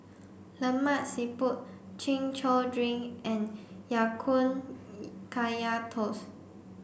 Lemak Siput chin chow drink and Ya Kun Kaya Toast